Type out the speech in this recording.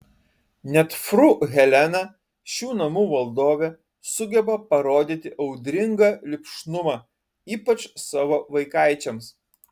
net fru helena šių namų valdovė sugeba parodyti audringą lipšnumą ypač savo vaikaičiams